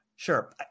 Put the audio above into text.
Sure